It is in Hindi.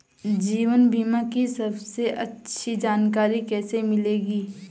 जीवन बीमा की सबसे अच्छी जानकारी कैसे मिलेगी?